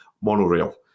monorail